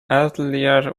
earlier